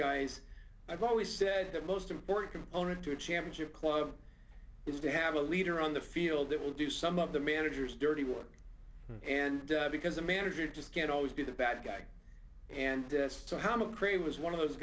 guys i've always said the most important component to a championship club is to have a leader on the field that will do some of the manager's dirty work and because a manager just can't always be the bad guy and somehow mcrae was one of those